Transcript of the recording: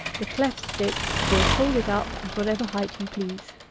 the cleft stick will hold it up at whatever height you please.